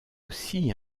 aussi